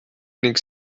ning